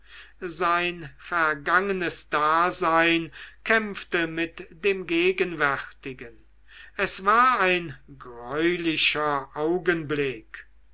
sein vergangenes dasein kämpfte mit dem gegenwärtigen es war ein greulicher augenblick